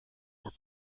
were